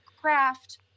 craft